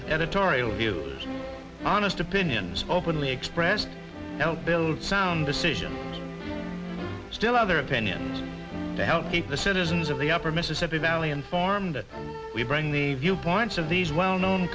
editorial views honest opinions openly expressed don't build sound decisions still other opinions to help keep the citizens of the upper mississippi valley informed that we bring the viewpoints of these well known